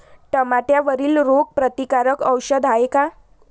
टमाट्यावरील रोग प्रतीकारक औषध हाये का?